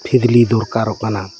ᱯᱷᱤᱫᱽᱞᱤ ᱫᱚᱨᱠᱟᱨᱚᱜ ᱠᱟᱱᱟ